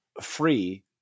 free